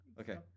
Okay